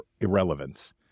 irrelevance